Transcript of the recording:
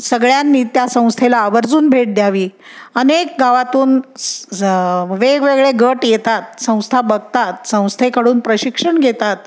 सगळ्यांनी त्या संस्थेला आवर्जून भेट द्यावी अनेक गावातून स् वेगवेगळे गट येतात संस्था बघतात संस्थेकडून प्रशिक्षण घेतात